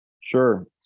sure